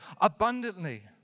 abundantly